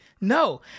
No